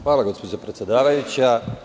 Hvala, gospođo predsedavajuća.